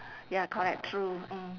ya correct true mm